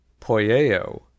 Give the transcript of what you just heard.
poyeo